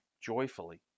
joyfully